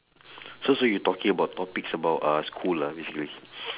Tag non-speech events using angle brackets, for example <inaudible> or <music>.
<breath> so so you talking about topics about uh school ah basically <breath>